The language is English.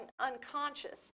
unconscious